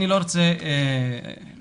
אני לא רוצה להאריך.